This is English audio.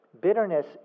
Bitterness